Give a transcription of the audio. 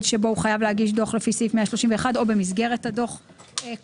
שבו הוא חייב להגיש דוח לפי סעיף 131 או במסגרת הדוח כאמור.